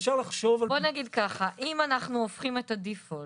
בוא נגיד ככה, אם אנחנו הופכים את ה-default